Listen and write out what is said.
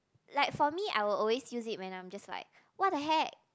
like for me I will always use it when I'm just like what the heck